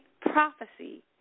prophecy